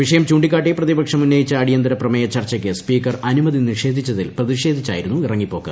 വിഷയം ചൂണ്ടിക്കാട്ടി പ്രതിപക്ഷം ഉന്നയിച്ച അടിയന്തരപ്രമേയ ചർച്ചക്ക് സ്പീക്കർ അനുമതി നിഷേധിച്ചതിൽ പ്രതിഷേധിച്ചായിരുന്നു ഇറങ്ങിപ്പോക്ക്